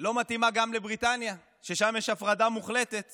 לא מתאימה גם לבריטניה, ששם יש הפרדה מוחלטת